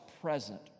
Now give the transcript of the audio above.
present